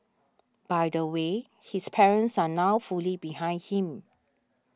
by the way his parents are now fully behind him